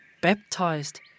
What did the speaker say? Baptized